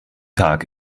tag